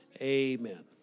amen